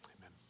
Amen